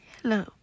Hello